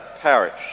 parish